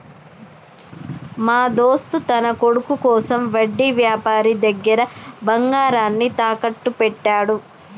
మా దోస్త్ తన కొడుకు కోసం వడ్డీ వ్యాపారి దగ్గర బంగారాన్ని తాకట్టు పెట్టాడు